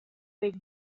big